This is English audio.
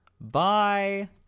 Bye